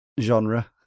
genre